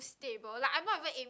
stable like I'm not even aim